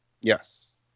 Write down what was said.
yes